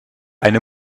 eine